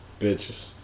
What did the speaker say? bitches